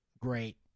great